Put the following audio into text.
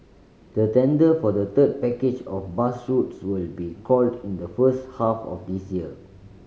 the tender for the third package of bus routes will be called in the first half of this year